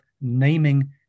naming